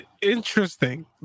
interesting